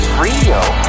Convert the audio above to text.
real